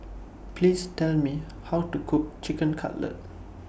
Please Tell Me How to Cook Chicken Cutlet